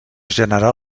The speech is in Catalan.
generar